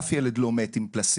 אף ילד לא מת עם פלסבו.